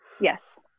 Yes